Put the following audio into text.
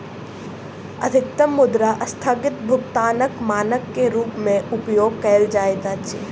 अधिकतम मुद्रा अस्थगित भुगतानक मानक के रूप में उपयोग कयल जाइत अछि